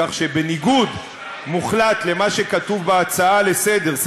כך שבניגוד מוחלט למה שכתוב בהצעה לסדר-היום,